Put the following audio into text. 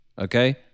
okay